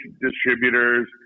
distributors